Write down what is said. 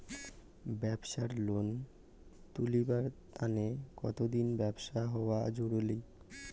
ব্যাবসার লোন তুলিবার তানে কতদিনের ব্যবসা হওয়া জরুরি?